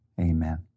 amen